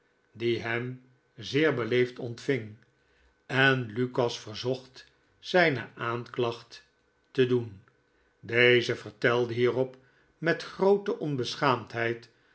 die hem zeer beleefd ontving jozef geimaldi en lukas verzocht zijne aanklacht te doen deze vertelde hierop metgroote onbeschaamdheid